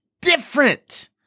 different